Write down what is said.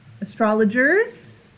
Astrologers